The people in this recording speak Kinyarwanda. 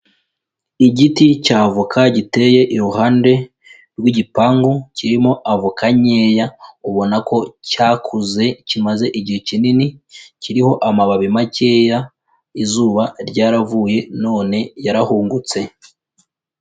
Igiti cya avoka giteye iruhande rw'igipangu kirimo avoka nkeya, ubona ko cyakuze kimaze igihe kinini, kiriho amababi makeya, izuba ryaravuye none yarahungutse.